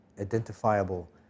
identifiable